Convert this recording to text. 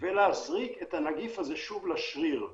ולהזריק את הנגיף הזה לשריר.